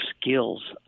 skills